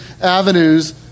avenues